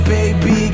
Baby